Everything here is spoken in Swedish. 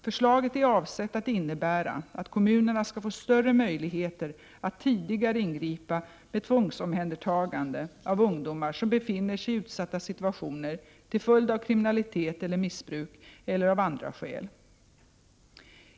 Förslaget är avsett att innebära att kommunerna skall få större möjligheter att tidigare ingripa med tvångsomhändertagande av ungdomar som befinner sig i utsatta situationer till följd av kriminalitet eller missbruk eller av andra skäl.